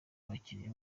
abakiriya